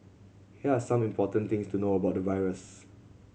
here are some important things to know about the virus